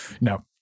no